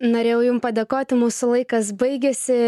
norėjau jum padėkoti mūsų laikas baigėsi